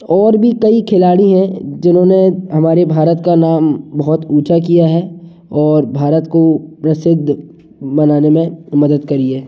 और भी कई खिलाड़ी हैं जिन्होंने हमारे भारत का नाम बहुत ऊँचा किया है और भारत को प्रसिद्ध बनाने में मदद करी है